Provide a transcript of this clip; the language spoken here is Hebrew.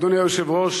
אדוני היושב-ראש,